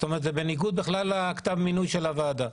זאת אומרת שזה בניגוד בכלל לכתב המינוי של הוועדה,